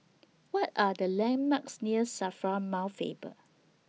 What Are The landmarks near SAFRA Mount Faber